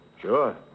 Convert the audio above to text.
Sure